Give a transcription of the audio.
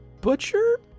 butcher